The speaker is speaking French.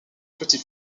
petit